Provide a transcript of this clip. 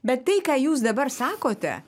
bet tai ką jūs dabar sakote